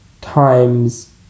times